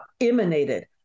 emanated